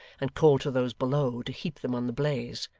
and called to those below, to heap them on the blaze.